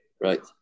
right